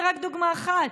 זו רק דוגמה אחת.